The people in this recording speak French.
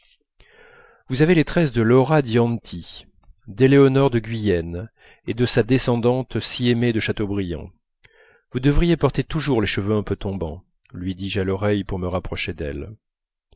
vous avez les tresses de laura dianti d'éléonore de guyenne et de sa descendante si aimée de chateaubriand vous devriez porter toujours les cheveux un peu tombants lui dis-je à l'oreille pour me rapprocher d'elle